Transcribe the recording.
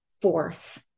force